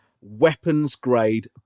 weapons-grade